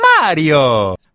Mario